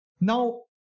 Now